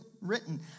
written